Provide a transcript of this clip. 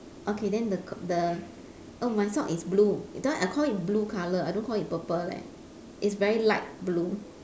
okay then the co~ the oh my sock is blue that one I call it blue colour I don't call it purple leh it's very light blue